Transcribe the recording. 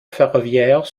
ferroviaires